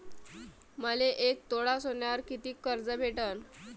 मले एक तोळा सोन्यावर कितीक कर्ज भेटन?